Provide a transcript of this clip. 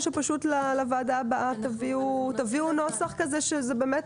או שלוועדה הבאה תביאו נוסח מתאים?